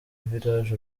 village